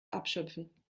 abschöpfen